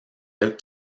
out